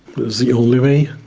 but the only way?